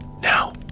Now